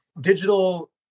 digital